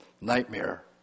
nightmare